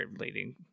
leading